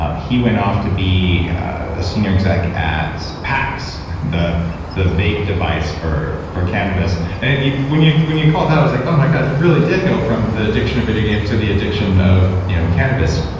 ah he went off to be a senior exec at pax, the the vape device for for cannabis and and when you when you call that i was like, oh my god, he really did go from the addiction of video games to the addiction of cannabis.